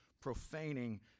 profaning